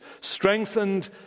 strengthened